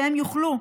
שהם יוכלו,